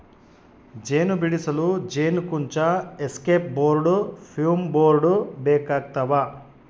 ಜೇನು ಬಿಡಿಸಲು ಜೇನುಕುಂಚ ಎಸ್ಕೇಪ್ ಬೋರ್ಡ್ ಫ್ಯೂಮ್ ಬೋರ್ಡ್ ಬೇಕಾಗ್ತವ